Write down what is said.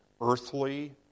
earthly